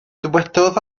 dywedodd